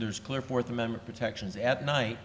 there's clear fourth amendment protections at night